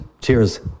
Cheers